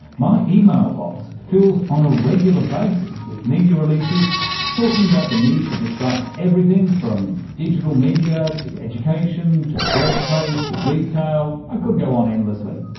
my email box fills on a regular basis with media releases talking about the need to disrupt everything from digital media to education, to the workplace, to retail. i could go on endlessly.